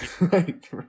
Right